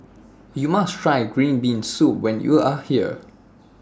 YOU must Try Green Bean Soup when YOU Are here